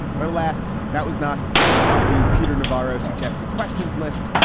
but alas, that was not on the peter navarro suggested questions list.